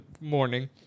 morning